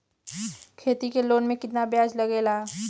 खेती के लोन में कितना ब्याज लगेला?